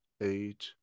eight